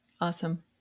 Awesome